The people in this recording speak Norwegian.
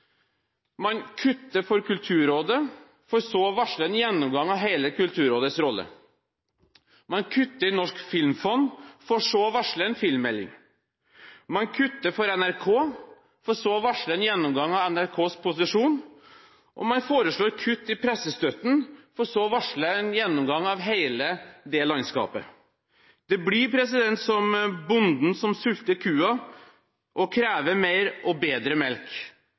Man kutter for Kulturrådet, for så å varsle en gjennomgang av hele Kulturrådets rolle. Man kutter i Norsk filmfond, for så å varsle en filmmelding. Man kutter for NRK, for så å varsle en gjennomgang av NRKs posisjon. Og man foreslår kutt i pressestøtten, for så å varsle en gjennomgang av hele det landskapet. Det blir som bonden som sulter kua og krever mer og bedre melk.